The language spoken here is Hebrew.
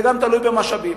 זה גם תלוי במשאבים.